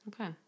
Okay